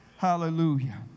Hallelujah